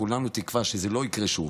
כולנו תקווה שזה לא יקרה שוב.